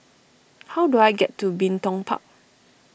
how do I get to Bin Tong Park